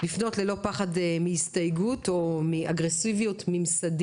לפנות לכל גורם שיזדקקו לו ללא פחד מהסתייגות או מאגרסיביות ממסדית,